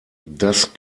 das